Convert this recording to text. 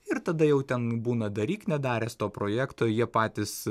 ir tada jau ten būna daryk nedaręs to projekto jie patys